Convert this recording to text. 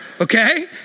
okay